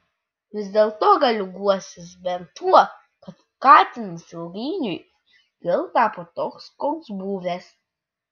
vis dėlto galiu guostis bent tuo kad katinas ilgainiui vėl tapo toks koks buvęs